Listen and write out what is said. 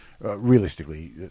realistically